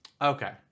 Okay